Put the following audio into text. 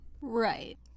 Right